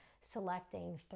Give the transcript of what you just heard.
selecting